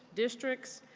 districts,